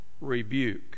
rebuke